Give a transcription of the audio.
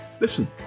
Listen